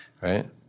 right